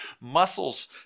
muscles